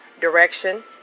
direction